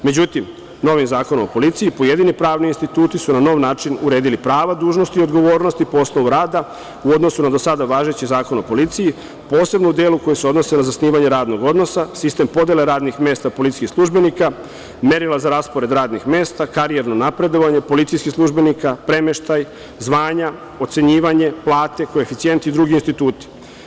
Međutim, novim Zakonom o policiji pojedini pravni instituti su na nov način uredili prava i dužnosti i odgovornosti po osnovu rada u odnosu na do sada važeći Zakon o policiji, posebno u delu koji se odnosi na zasnivanje radnog odnosa, sistem podele radnih mesta policijskih službenika, merila za raspored radnih mesta, karijerno napredovanje policijskih službenika, premeštaj, zvanja, ocenjivanja, plate, koeficijent i drugi instituti.